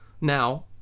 now